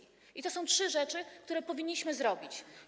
I to są trzy rzeczy, które powinniśmy zrobić.